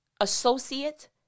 associate